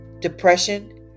depression